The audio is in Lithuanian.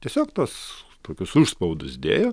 tiesiog tas tokius užspaudus dėjo